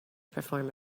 perform